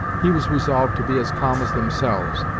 he was resolved to be as calm as themselves,